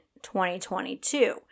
2022